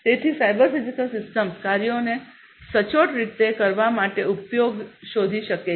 તેથી cyber physical systems કાર્યોને સચોટ રીતે કરવા માટે ઉપયોગ શોધી શકે છે